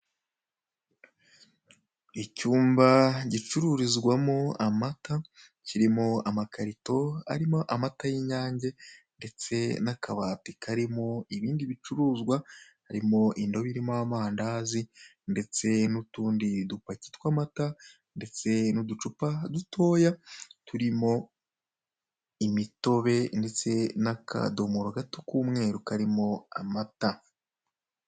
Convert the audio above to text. Icyumba gicururizwamo amata, kirimo amakarito arimo amata y'inyange ndetse n'akabati karimo ibindi bicuruzwa karimo indobo irimo y'amandazi, ndetse nutundi dupaki tw'amata, ndetse nuducupa dutoya turimo imitobe ndetse nakadomoro gatoya karimo amata.